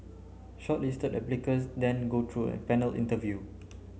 shortlisted applicants then go through a panel interview